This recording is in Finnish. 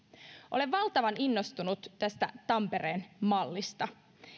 olen valtavan innostunut tästä tampereen mallista